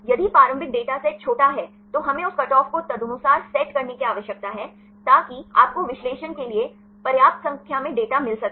यदि प्रारंभिक data set छोटा है तो हमें उस कटऑफ को तदनुसार सेट करने की आवश्यकता है ताकि आपको विश्लेषण के लिए पर्याप्त संख्या में डेटा मिल सके